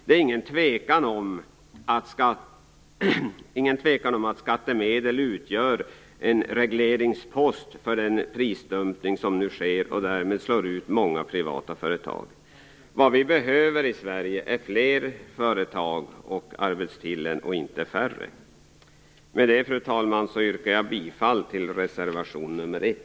Det råder inget tvivel om att skattemedel utgör en regleringspost för den prisdumpning som nu sker och som därmed slår ut många privata företag. Vad vi behöver i Sverige är fler företag och arbetstillfällen och inte färre. Fru talman! Med det anförda yrkar jag bifall till reservation nr 1.